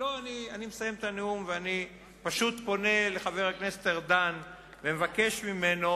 אני מסיים את הנאום ופשוט פונה לחבר הכנסת ארדן ומבקש ממנו